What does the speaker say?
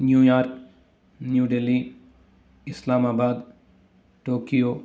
New York New Delhi Islamabad Tokyo